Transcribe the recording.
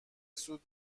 سوت